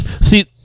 see